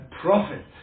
prophet